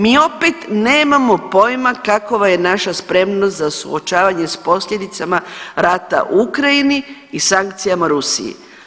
Mi opet nemamo pojma kakova je naša spremnost za suočavanje s posljedicama rata u Ukrajini i sankcijama Rusiji.